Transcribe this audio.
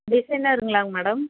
டிசைனருங்களாங்க madam